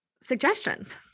suggestions